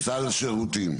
סל שירותים.